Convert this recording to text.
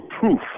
proof